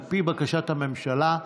על פי בקשת הממשלה,